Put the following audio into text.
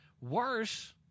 Worse